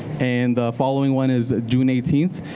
and following one is june eighteenth.